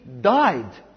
died